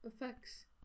affects